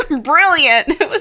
Brilliant